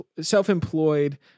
self-employed